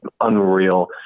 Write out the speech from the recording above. unreal